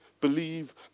Believe